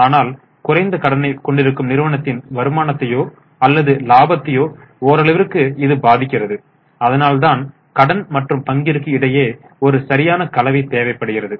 ஆனால் குறைந்த கடனைக் கொண்டிருக்கும் நிறுவனத்தின் வருமானத்தையோ அல்லது இலாபத்தையோ ஓரளவிற்கு இது பாதிக்கிறது அதனால்தான் கடன் மற்றும் பங்கிற்கு இடையே ஒரு சரியான கலவை தேவைப்படுகிறது